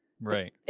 right